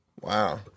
Wow